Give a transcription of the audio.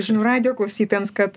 žinių radijo klausytojams kad